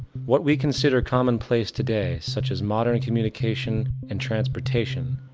what we consider commonplace today such as modern communication and transportation,